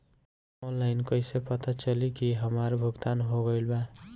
Online कईसे पता चली की हमार भुगतान हो गईल बा?